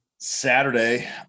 Saturday